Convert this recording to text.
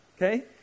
Okay